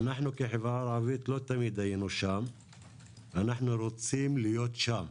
אנחנו כחברה הערבית לא תמיד היינו שם - אנחנו רוצים להיות שם.